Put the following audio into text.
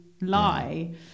lie